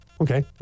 okay